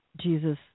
jesus